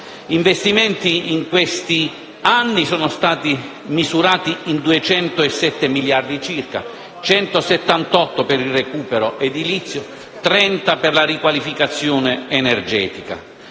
effettuati in questi anni sono stati misurati in 207 miliardi circa, 178 per il recupero edilizio e 30 per la riqualificazione energetica.